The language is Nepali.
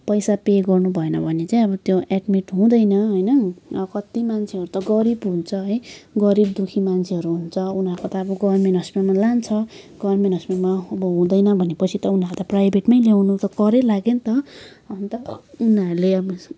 पैसा पे गर्नुभएन भने चाहिँ त्यो एड्मिट हुँदैन होइन अब कति मान्छेहरू त गरिब हुन्छ है गरिब दुःखी मान्छेहरू हुन्छ उनीहरूको त गभर्मेन्ट हस्पिटलमा लान्छ गभर्मेन्ट हस्पिटलमा अब हुँदैन भनेपछि त उनीहरूले त प्राइभेटमै ल्याउनु त करै लाग्यो नि त अन्त त उनीहरूले अब